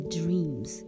dreams